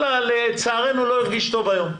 לא הרגיש טוב היום.